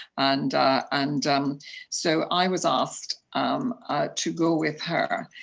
and and um so i was asked um to go with her,